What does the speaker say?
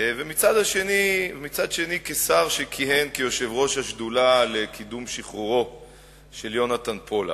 ומצד שני כשר שכיהן כיושב-ראש השדולה לקידום שחרורו של יהונתן פולארד.